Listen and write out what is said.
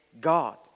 God